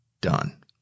done